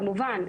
כמובן,